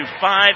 five